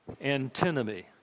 antinomy